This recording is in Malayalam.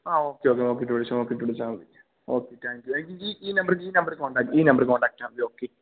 ആ ഓക്കെ ഓക്കെ നോക്കിയിട്ട് വിളിച്ചോ നോക്കിയിട്ട് വിളിച്ചാല് മതി ഓക്കെ താങ്ക് യൂ ഈ നമ്പറില് ഈ നമ്പറില്നിന്ന് കോണ്ടാക്ട് ഈ നമ്പറില്നിന്ന് കോണ്ടാക്ട് ചെയ്താല് മതി ഓക്കെ